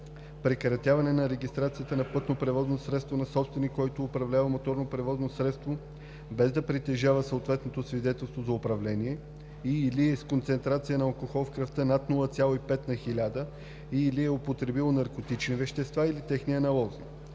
прекратяване на регистрацията на пътно превозно средство на собственик, който управлява моторно превозно средство, без да притежава съответното свидетелство за управление и/или е с концентрация на алкохол в кръвта над 0,5 на хиляда и/или е употребил наркотични вещества или техни аналози,